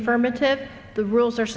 affirmative the rules are